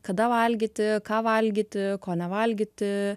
kada valgyti ką valgyti ko nevalgyti